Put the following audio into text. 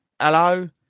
Hello